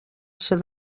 ser